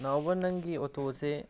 ꯅꯥꯎꯕ ꯅꯪꯒꯤ ꯑꯣꯇꯣꯁꯦ